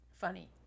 funny